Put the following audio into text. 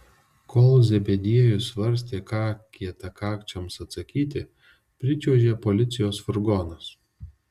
kol zebediejus svarstė ką kietakakčiams atsakyti pričiuožė policijos furgonas